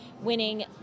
winning